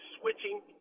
switching